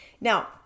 Now